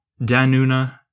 Danuna